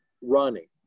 running